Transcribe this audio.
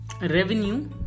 revenue